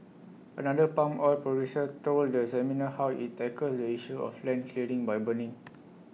another palm oil producer told the seminar how IT tackles the issue of land clearing by burning